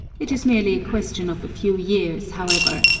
it is merely a question of a few years, however,